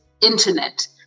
internet